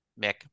Mick